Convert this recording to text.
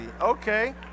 okay